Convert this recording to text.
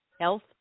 health